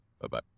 Bye-bye